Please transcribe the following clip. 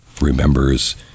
remembers